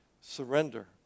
surrender